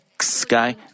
sky